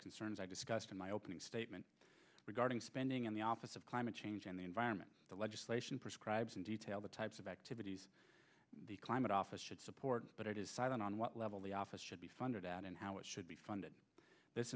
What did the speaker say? concerns i discussed in my opening statement regarding spending in the office of climate change and the environment the legislation prescribes in detail the types of activities the climate office should support but it is silent on what level the office should be funded out and how it should be funded this